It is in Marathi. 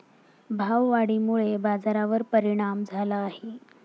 भाववाढीमुळे बाजारावर परिणाम झाला आहे